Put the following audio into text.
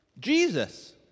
Jesus